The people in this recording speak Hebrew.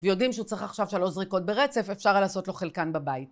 יודעים שהוא צריך עכשיו שלוש זריקות ברצף, אפשר היה לעשות לו חלקן בבית.